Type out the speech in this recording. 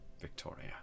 Victoria